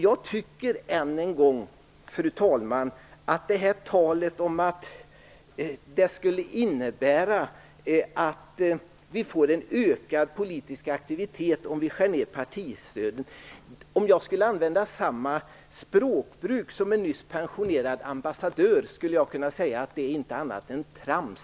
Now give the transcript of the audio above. Jag tycker än en gång, fru talman, att talet om att nedskärningar av partistödet skulle innebära en ökad politisk aktivitet är felaktigt. Om jag skulle använda samma språkbruk som en nyligen pensionerad ambassadör skulle jag kunna säga att motiveringen inte är annat än trams.